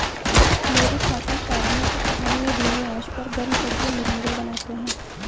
मेरे चाचा चावलों को कढ़ाई में धीमी आंच पर गर्म करके मुरमुरे बनाते हैं